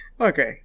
Okay